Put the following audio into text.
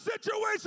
situation